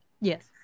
Yes